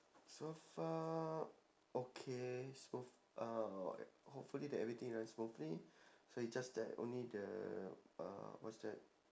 so far okay so f~ uh hopefully that everything run smoothly so is just that only the uh what's that